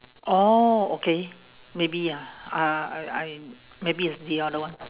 oh okay maybe ya uh I I maybe it's the other one